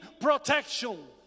protection